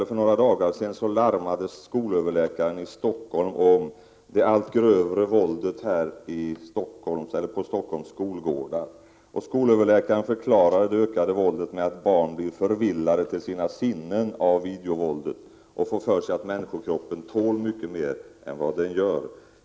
För några dagar sedan larmade skolöverläkaren i Stockholm om det allt grövre våldet på Stockholms skolgårdar. Skolöverläkaren förklarade det ökade våldet med att barnen blir förvillade till sina sinnen av videovåldet och får för sig att människokroppen tål mycket mer än den egentligen gör.